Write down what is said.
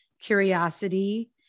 curiosity